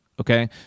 okay